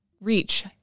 reach